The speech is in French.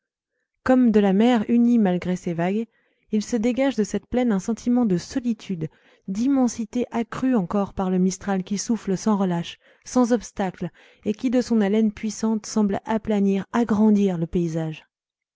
comme de la mer unie malgré ses vagues il se dégage de cette plaine un sentiment de solitude d'immensité accru encore par le mistral qui souffle sans relâche sans obstacle et qui de son haleine puissante semble aplanir agrandir le paysage